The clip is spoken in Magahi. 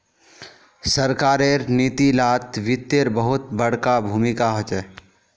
सरकारेर नीती लात वित्तेर बहुत बडका भूमीका होचे